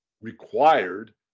required